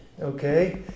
Okay